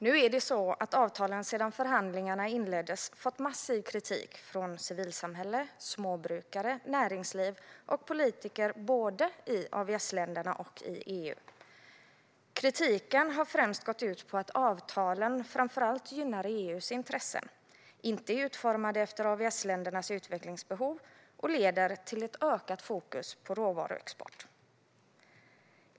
Nu är det så att avtalen sedan förhandlingarna inleddes fått massiv kritik från civilsamhälle, småbrukare, näringsliv och politiker både i AVS-länderna och i EU. Kritiken har främst gått ut på att avtalen gynnar framför allt EU:s intressen, inte är utformade efter AVS-ländernas utvecklingsbehov och leder till ett ökat fokus på råvaruexport.